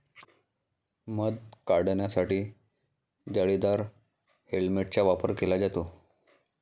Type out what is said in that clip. मध काढण्यासाठी जाळीदार हेल्मेटचा वापर केला जातो